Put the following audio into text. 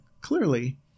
clearly